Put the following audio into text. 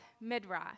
Midrash